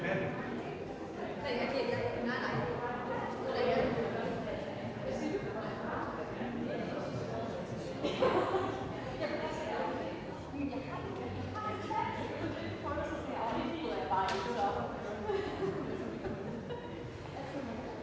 vi, at det, der er